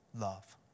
love